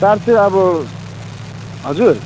charge चाहिँ अब हजुर